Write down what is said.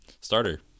starter